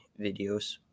videos